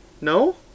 No